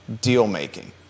deal-making